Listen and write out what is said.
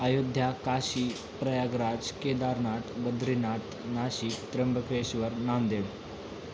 Ayodhya Kashi Prayagraj Kedarnath Badrinath Nashik Trimbakeshwar Nanded